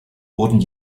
wurden